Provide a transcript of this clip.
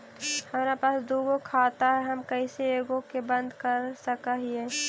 हमरा पास दु गो खाता हैं, हम कैसे एगो के बंद कर सक हिय?